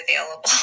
available